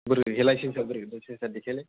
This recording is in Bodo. बोरो लाइसेन्स आ बोरो लाइसेन्स आ देखायलाय